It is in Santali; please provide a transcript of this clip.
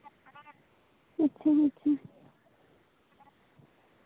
ᱟᱪᱪᱷᱟ ᱟᱪᱪᱷᱟ